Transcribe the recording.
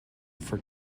for